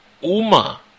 Uma